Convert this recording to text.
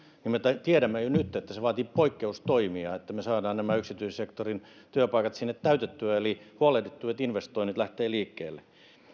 niin me tiedämme jo nyt että se vaatii poikkeustoimia että me saamme nämä yksityissektorin työpaikat täytettyä eli huolehdittua että investoinnit lähtevät liikkeelle